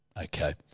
okay